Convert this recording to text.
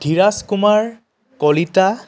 Dhiraj Kumar Kalita